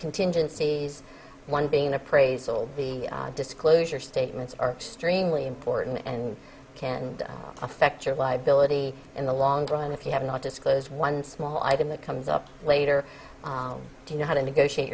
contingencies one being an appraisal the disclosure statements are extremely important and can affect your liability in the long run if you have not disclosed one small item that comes up later you know how to negotiate